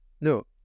No